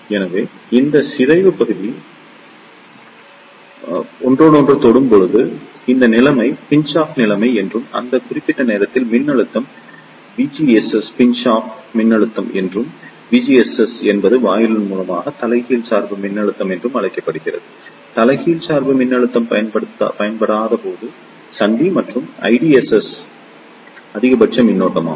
எனவே இந்த சிதைவு பகுதி ஒருவருக்கொருவர் தொடும்போது இந்த நிலைமை பிஞ்ச் ஆஃப் நிலைமை என்றும் அந்த குறிப்பிட்ட நேரத்தில் மின்னழுத்த விஜிஎஸ் பிஞ்ச் ஆஃப் மின்னழுத்தம் என்றும் விஜிஎஸ் என்பது வாயிலுக்கு மூலமாக தலைகீழ் சார்பு மின்னழுத்தம் என்றும் அழைக்கப்படுகிறது தலைகீழ் சார்பு மின்னழுத்தம் பயன்படுத்தப்படாத போது சந்தி மற்றும் ஐடிஎஸ்எஸ் அதிகபட்ச மின்னோட்டமாகும்